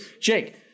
Jake